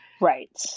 Right